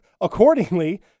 accordingly